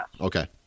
okay